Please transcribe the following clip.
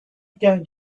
going